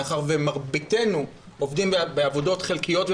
מאחר שמרביתנו עובדים בעבודות חלקיות,